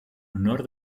honor